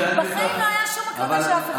בחיים לא הייתה שום הקלטה של אף אחד.